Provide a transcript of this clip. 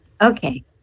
Okay